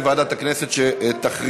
לוועדה שתקבע ועדת הכנסת